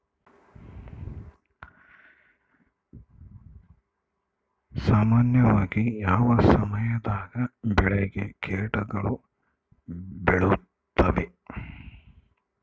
ಸಾಮಾನ್ಯವಾಗಿ ಯಾವ ಸಮಯದಾಗ ಬೆಳೆಗೆ ಕೇಟಗಳು ಬೇಳುತ್ತವೆ?